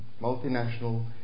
multinational